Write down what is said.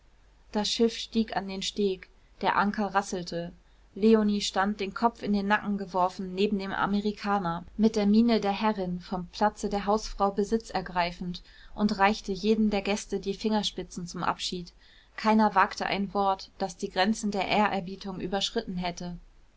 das schiff stieß an den steg der anker rasselte leonie stand den kopf in den nacken geworfen neben dem amerikaner mit der miene der herrin vom platze der hausfrau besitz ergreifend und reichte jedem der gäste die fingerspitzen zum abschied keiner wagte ein wort das die grenze der ehrerbietung überschritten hätte